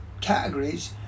categories